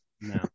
no